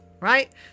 right